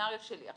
בסינריו שלי.